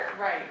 Right